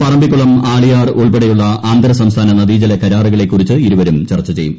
പറമ്പിക്കുളം ആളിയാർ ഉൾപ്പെടെയുള്ള അന്തർ സംസ്ഥാന നദീജല കരാറുകളെ കുറിച്ച് ഇരുവരും ചർച്ച ചെയ്യും